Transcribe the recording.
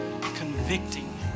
convicting